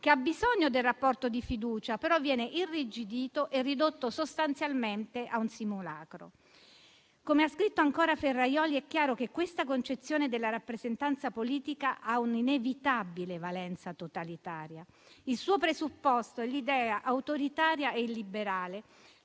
che ha bisogno del rapporto di fiducia, che però viene irrigidito e ridotto sostanzialmente a un simulacro. Come ha scritto ancora Ferrajoli, è chiaro che questa concezione della rappresentanza politica ha un'inevitabile valenza totalitaria. Il suo presupposto è l'idea, autoritaria e illiberale,